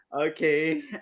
Okay